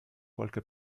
qualche